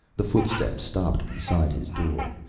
the footsteps stopped beside his door.